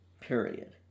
period